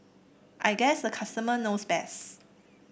I guess the customer knows best